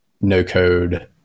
no-code